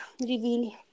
reveal